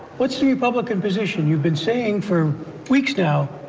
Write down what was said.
what's the republican position? you've been saying for weeks now,